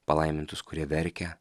palaimintus kurie verkia